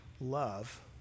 love